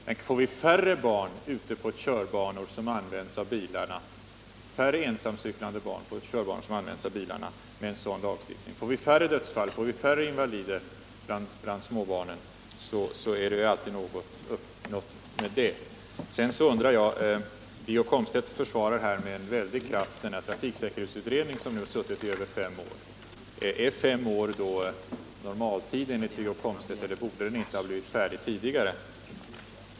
Men får vi genom en sådan lagstiftning färre ensamåkande barn ute på körbanor som används av bilisterna, och får vi färre dödsfall och färre invalider bland småbarnen, har man uppnått någonting väsentligt. Wiggo Komstedt försvarade med en väldig kraft trafiksäkerhetsutredningen som suttit i över fem år. Är fem år då enligt Wiggo Komstedt en normal tidrymd? Borde inte utredningen ha blivit färdig tidigare?